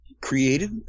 created